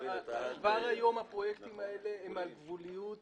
כבר היום הפרויקטים האלה הם על גבוליות